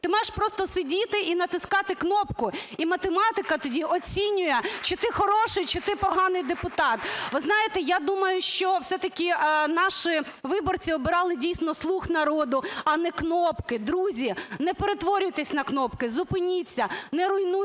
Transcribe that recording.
Ти маєш просто сидіти і натискати кнопку. І математика тоді оцінює, чи ти хороший, чи ти поганий депутат. Ви знаєте, я думаю, що все-таки наші виборці обирали, дійсно, слуг народу, а не "кнопки". Друзі, не перетворюйтесь на "кнопки", зупиніться, не руйнуйте